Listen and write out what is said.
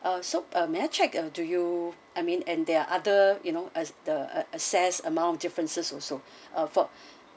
uh so uh may I check uh do you I mean and there are other you know as the excess amount of differences also ah for